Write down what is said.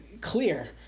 clear